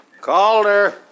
Calder